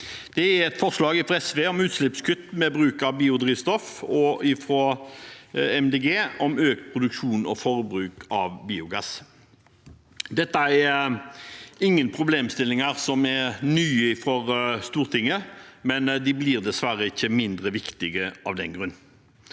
gjelder et forslag fra SV om utslippskutt med bruk av biodrivstoff, og et fra MDG om økt produksjon og forbruk av biogass. Dette er ingen nye problemstillinger for Stortinget, men de blir dessverre ikke mindre viktige av den grunn.